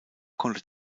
konnte